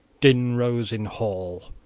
din rose in hall.